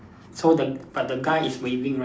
so the but the guy is waving right